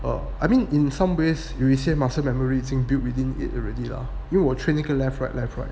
err I mean in some ways 有一些 muscle memory 已经 built within it already lah 因为我 train 那个 left right left right